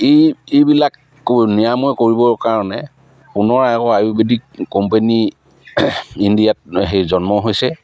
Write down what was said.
এই এইবিলাক নিৰাময় কৰিবৰ কাৰণে পুনৰ আকৌ আয়ুৰ্বেদিক কোম্পেনী ইণ্ডিয়াত সেই জন্ম হৈছে